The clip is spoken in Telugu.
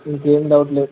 ఇంక ఏం డౌట్ లేదు